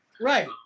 Right